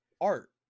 art